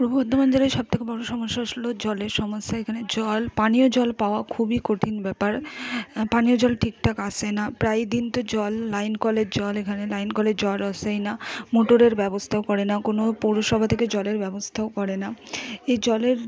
পূর্ব বর্ধমান জেলায় সবথেকে বড় সমস্যা জলের সমস্যা এখানে জল পানীয় জল পাওয়া খুবই কঠিন ব্যাপার পানীয় জল ঠিকঠাক আসে না প্রায় দিন তো জল লাইন কলের জল এখানে লাইন কলের জল আসেই না মোটরের ব্যবস্থাও করে না কোনো পৌরসভা থেকে জলের ব্যবস্থাও করে না এই জলের